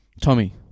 Tommy